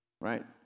Right